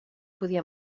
podia